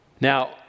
Now